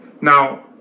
Now